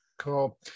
Cool